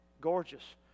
gorgeous